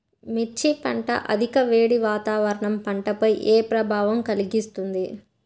మిర్చి పంట అధిక వేడి వాతావరణం పంటపై ఏ ప్రభావం కలిగిస్తుంది?